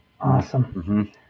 awesome